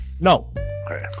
no